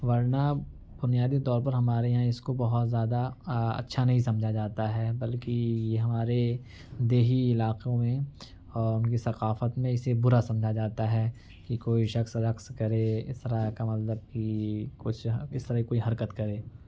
ورنہ بنیادی طور پر ہمارے یہاں اس کو بہت زیادہ اچھا نہیں سمجھا جاتا ہے بلکہ یہ ہمارے دیہی علاقوں میں اور ان کی ثقافت میں اسے برا سمجھا جاتا ہے کہ کوئی شخص رقص کرے اس طرح کا مطلب کہ کچھ اس طرح کی کوئی حرکت کرے